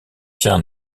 siens